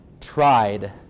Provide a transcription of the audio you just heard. tried